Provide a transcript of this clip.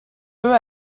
eux